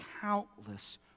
countless